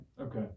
Okay